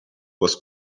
was